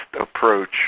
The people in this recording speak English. approach